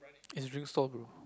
is drink stall bro